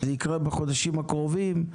זה יקרה בחודשים הקרובים,